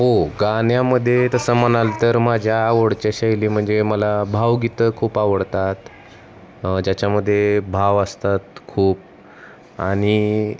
हो गाण्यामध्ये तसं म्हणाल तर माझ्या आवडच्या शैली म्हणजे मला भावगीतं खूप आवडतात ज्याच्यामध्ये भाव असतात खूप आणि